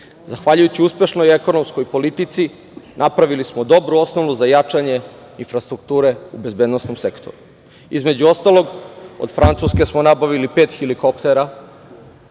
stanovnika. Zahvaljujući uspešnoj ekonomskoj politici napravili smo dobru osnovu za jačanje infrastrukture u bezbednosnom sektoru. Između ostalog od Francuske smo nabavili pet helikoptera